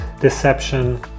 deception